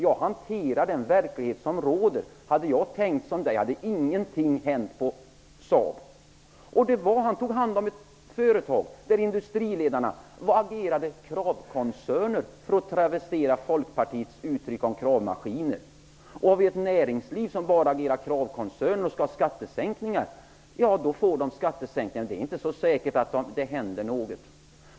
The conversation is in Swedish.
Jag hanterar den verklighet som råder. Hade jag tänkt som du hade ingenting hänt på Saab. Han hade tagit hand om ett företag där industriledarna agerade som kravkoncerner -- för att travestera folkpartiuttrycket om kravmaskiner. Om ett näringsliv som bara agerar kravkoncerner vill ha skattesänkningar, då får man det, men det är inte så säkert att det händer något mera.